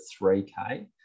3k